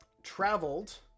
Traveled